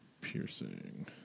piercing